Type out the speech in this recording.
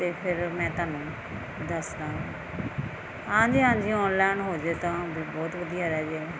ਅਤੇ ਫਿਰ ਮੈਂ ਤੁਹਾਨੂੰ ਦੱਸਦਾ ਹਾਂਜੀ ਹਾਂਜੀ ਆਨਲਾਈਨ ਹੋ ਜੇ ਤਾਂ ਬਹੁਤ ਵਧੀਆ ਰਹਿ ਜੇ